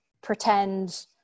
pretend